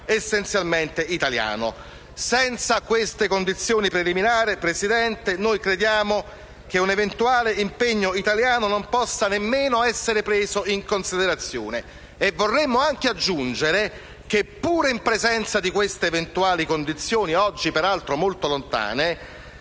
essenzialmente italiano. Senza queste condizioni preliminari, signor Presidente, crediamo che un eventuale impegno italiano non possa nemmeno essere preso in considerazione. Vorremmo anche aggiungere che, pure in presenza di queste eventuali condizioni (oggi peraltro molto lontane),